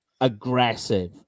aggressive